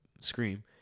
scream